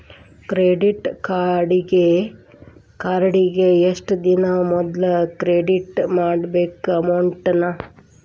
credit ಕಾರ್ಡಿಗಿ ಎಷ್ಟ ದಿನಾ ಮೊದ್ಲ ಕ್ರೆಡಿಟ್ ಮಾಡ್ಬೇಕ್ ಅಮೌಂಟ್ನ